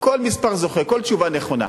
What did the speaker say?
כל מספר זוכה, כל תשובה נכונה.